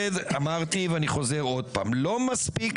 כל כך